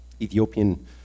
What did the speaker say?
Ethiopian